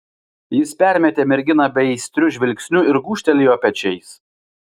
jis permetė merginą beaistriu žvilgsniu ir gūžtelėjo pečiais